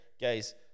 guys